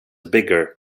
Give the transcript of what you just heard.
bigger